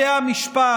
גלעד קריב (יו"ר ועדת החוקה, חוק ומשפט):